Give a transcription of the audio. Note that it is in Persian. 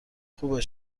خوبه